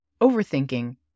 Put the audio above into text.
overthinking